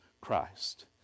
Christ